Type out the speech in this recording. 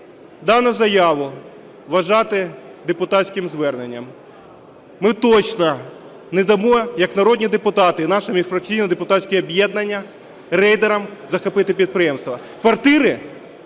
дану заяву вважати депутатським зверненням. Ми точно не дамо як народні депутати, наше міжфракційне депутатське об'єднання, рейдерам захопити підприємство.